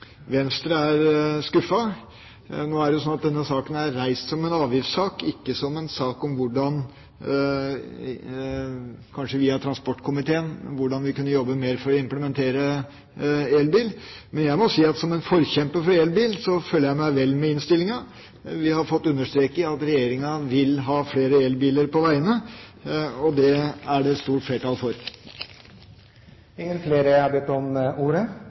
Venstre er skuffet. Nå er det slik at denne saken er reist som en avgiftssak, ikke som en sak om hvordan – kanskje via transportkomiteen – vi kunne jobbet mer for å implementere elbil. Men jeg må si, som en forkjemper for elbil føler jeg meg vel med innstillinga. Vi har fått understreket at regjeringa vil ha flere elbiler på veiene, og det er det stort flertall for. Flere har ikke bedt om ordet